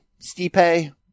Stipe